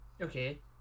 Okay